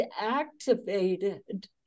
activated